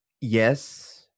yes